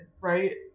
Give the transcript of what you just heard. right